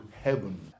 heaven